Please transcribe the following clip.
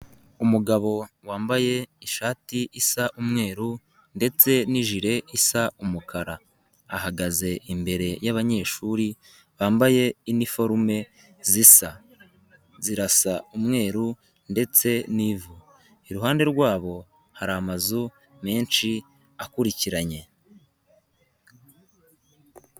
Umugabo wambaye ishati isa umweru ndetse n'ijire isa umukara. Ahagaze imbere y'abanyeshuri bambaye iniforume zisa. Zirasa umweru ndetse n'ivu iruhande rwabo hari amazu menshi akurikiranye.